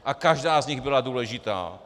A každá z nich byla důležitá.